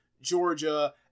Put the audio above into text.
Georgia